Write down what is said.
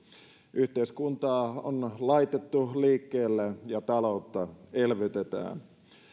yhteiskuntaa on laitettu liikkeelle ja taloutta elvytetään